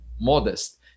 modest